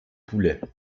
poulet